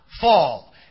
fall